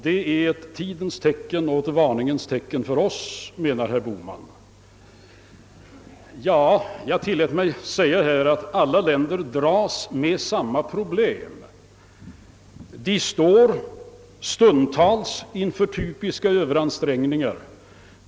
Det är ett tidens och ett varningens tecken för oss, menar herr Bohman. Ja, jag tillät mig här säga att alla länder dras med samma problem. De står stundtals inför typisk överansträngning.